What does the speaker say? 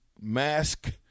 mask